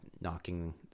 knocking